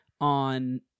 on